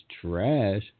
trash